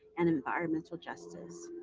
and environmental justice,